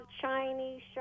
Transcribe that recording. Chinese